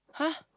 !huh!